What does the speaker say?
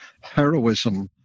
heroism